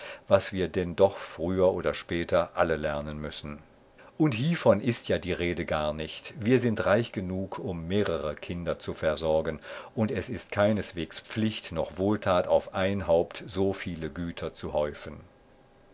was wir denn doch früher oder später alle lernen müssen und hievon ist ja die rede gar nicht wir sind reich genug um mehrere kinder zu versorgen und es ist keineswegs pflicht noch wohltat auf ein haupt so viele güter zu häufen